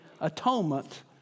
atonement